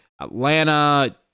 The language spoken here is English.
Atlanta